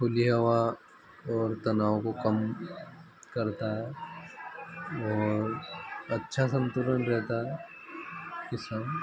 खुली हवा और तनाव को कम करता है और अच्छा संतुलन रहता है किसान